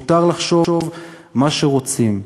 מותר לחשוב מה שרוצים,